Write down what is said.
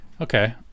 Okay